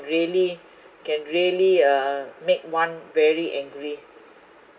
really can really uh make one very angry